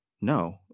No